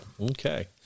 okay